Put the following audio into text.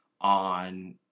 on